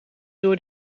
door